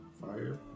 fire